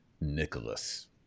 Nicholas